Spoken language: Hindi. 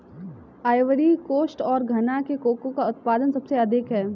आइवरी कोस्ट और घना में कोको का उत्पादन सबसे अधिक है